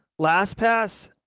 LastPass